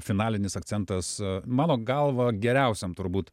finalinis akcentas mano galva geriausiam turbūt